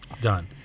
Done